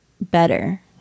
better